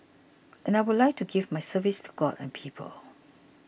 and I would like to give my service to God and people